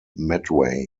medway